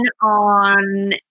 on